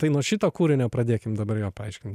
tai nuo šito kūrinio pradėkim dabar jo paaiškinimo